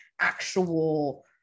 actual